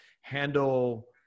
handle